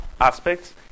aspects